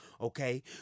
okay